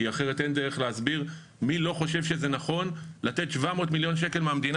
כי אחרת אין דרך להסביר מי לא חושב שזה נכון לתת 700 מיליון שקל מהמדינה